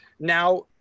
Now